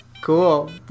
Cool